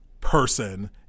person